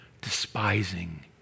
despising